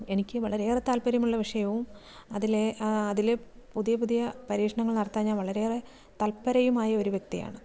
എനിക്ക് വളരെയേറെ താൽപ്പര്യമുള്ള വിഷയവും അതിലേ അതിൽ പുതിയ പുതിയ പരീക്ഷണങ്ങൾ നടത്താൻ ഞാൻ വളരെയേറെ തൽപ്പരയുമായ ഒരു വ്യക്തിയാണ്